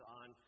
on